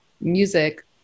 music